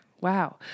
wow